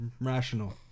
Rational